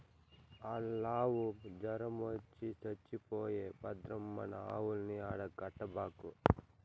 ఆల్లావు జొరమొచ్చి చచ్చిపోయే భద్రం మన ఆవుల్ని ఆడ కట్టబాకు